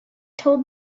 told